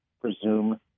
presume